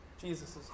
Jesus